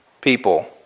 people